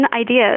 ideas